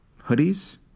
hoodies